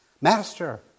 Master